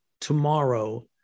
tomorrow